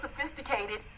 sophisticated